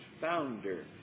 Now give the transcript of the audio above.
founder